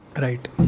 Right